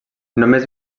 només